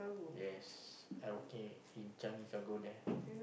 yes I working in Changi cargo there